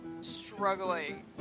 Struggling